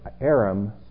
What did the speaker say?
Aram